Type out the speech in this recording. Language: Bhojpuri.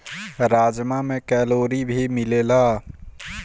राजमा में कैलोरी भी मिलेला